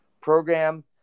program